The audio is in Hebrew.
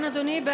כן, אדוני.